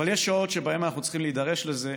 אבל יש שעות שבהן אנחנו צריכים להידרש לזה,